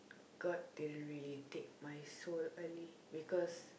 god didn't really take my soul early because